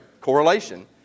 correlation